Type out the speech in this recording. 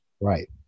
Right